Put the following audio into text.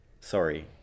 sorry